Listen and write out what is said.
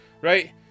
Right